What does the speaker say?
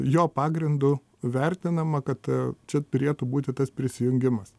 jo pagrindu vertinama kad čia turėtų būti tas prisijungimas